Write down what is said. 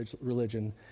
religion